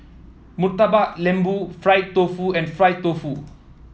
Murtabak Lembu Fried Tofu and Fried Tofu